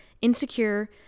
insecure